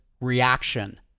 reaction